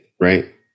Right